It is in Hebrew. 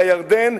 "הירדן",